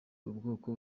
ubwoko